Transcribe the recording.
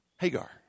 Hagar